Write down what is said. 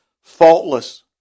faultless